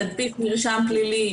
תדפיס מרשם פלילי,